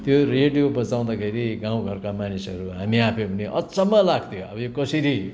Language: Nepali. त्यो रेडियो बजाउँदाखेरि गाउँ घरका मानिसहरू हामी आफै पनि अचम्म लाग्थ्यो अब यो कसरी